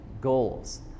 goals